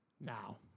now